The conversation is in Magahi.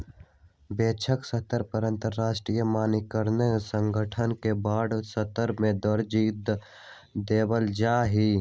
वैश्विक स्तर पर अंतरराष्ट्रीय मानकीकरण संगठन के बडे स्तर पर दर्जा देवल जा हई